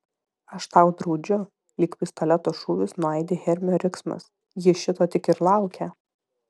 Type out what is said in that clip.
aš tau draudžiu lyg pistoleto šūvis nuaidi hermio riksmas ji šito tik ir laukia